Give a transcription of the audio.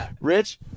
Rich